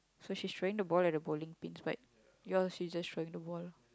so she's trying to ball at the bowling pin right ya she's trying to bowl